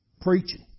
Preaching